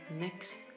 next